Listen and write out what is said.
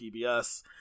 PBS